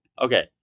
Okay